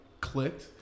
clicked